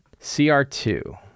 CR2